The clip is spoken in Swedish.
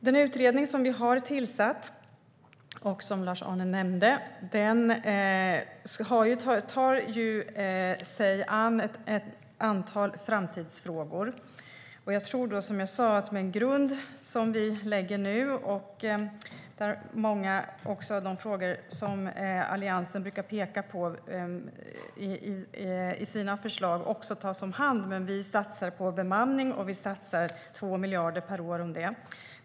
Den utredning som vi har tillsatt och som Lars-Arne nämnde tar sig an ett antal framtidsfrågor. I den grund som vi lägger nu, där också många av de frågor som Alliansen brukar peka på i sina förslag tas om hand, satsar vi på bemanning. Vi satsar 2 miljarder per år på det.